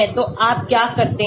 तो आप क्या करते है